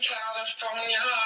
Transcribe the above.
California